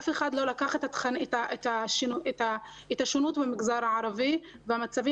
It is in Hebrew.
אף אחד לא לקח את השונות במגזר הערבי והמצבים